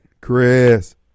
Chris